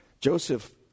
Joseph